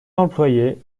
employé